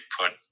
put